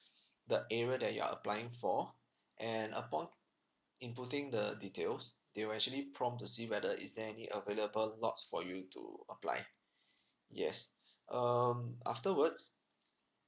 the area that you are applying for and upon inputting the details they will actually prompt to see whether is there any available lots for you to apply yes um afterwards